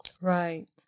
Right